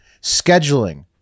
Scheduling